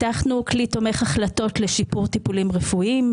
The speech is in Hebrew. פיתחנו כלי תומך החלטות לשיפור טיפולים רפואיים,